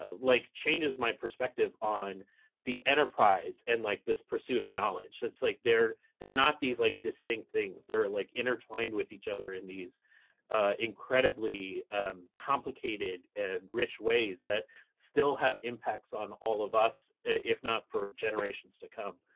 ah like changes my perspective on the enterprise and like this pursuit of knowledge. like they're they're not these like distinct things. they're like intertwined with each other in these incredibly complicated and rich ways that still have impacts on all of us, if not for generations to come